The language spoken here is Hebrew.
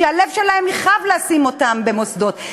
שיכאב להם הלב לשים אותם במוסדות.